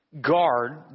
guard